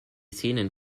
szenen